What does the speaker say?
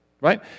right